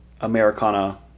Americana